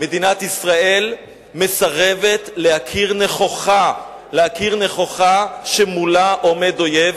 מדינת ישראל מסרבת להכיר נכוחה שמולה עומד אויב,